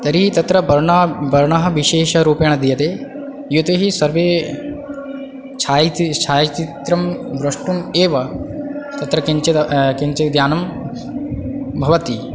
तर्हि तत्र वर्णा वर्णः विशेषरूपेण दीयते यतो हि सर्वे छायचि छायाचित्रं द्रष्टुम् एव तत्र किञ्चित् किञ्चिद् ज्ञानं भवति